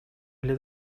или